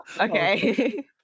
okay